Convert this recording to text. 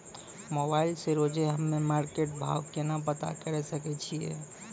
Mobile से रोजे हम्मे मार्केट भाव केना पता करे सकय छियै?